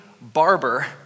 barber